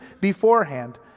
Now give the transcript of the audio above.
beforehand